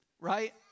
right